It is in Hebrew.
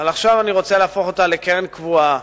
עכשיו אני רוצה להפוך אותה לקרן קבועה,